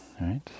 right